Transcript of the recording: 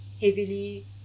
heavily